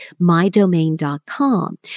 MyDomain.com